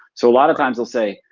so a lot of times they'll say,